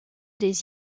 des